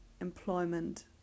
employment